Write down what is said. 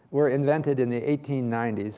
were invented in the eighteen ninety s,